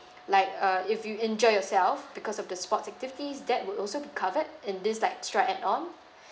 like uh if you injure yourself because of the sports activities that would also be covered and this like extra add on